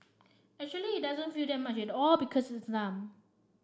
actually it doesn't feel like much at all because it's numb